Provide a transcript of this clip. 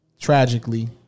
tragically